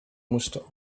moesten